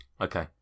Okay